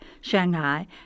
Shanghai